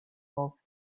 off